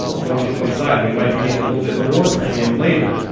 ah one one side we might begin a little bit more premium later.